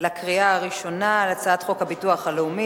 בקריאה ראשונה על הצעת חוק הביטוח הלאומי